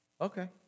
Okay